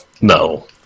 no